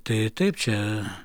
tai taip čia